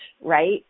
right